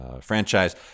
franchise